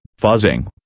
fuzzing